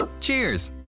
Cheers